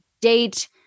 date